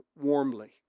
warmly